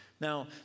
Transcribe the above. Now